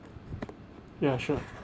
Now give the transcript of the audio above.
ya sure